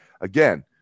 Again